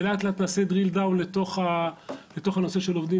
ולאט-לאט נעשה drill down לתוך הנושא של עובדים